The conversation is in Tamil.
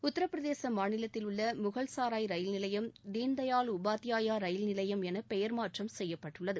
உத்தரபிரதேச மாநிலத்தில் உள்ள முகல்சராய் ரயில் நிலையம் தீன்தயாள் உபாத்யாயா ரயில் நிலையம் என பெயர் மாற்றம் செய்யப்பட்டுள்ளது